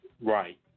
Right